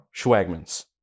Schwagmans